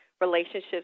relationships